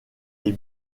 les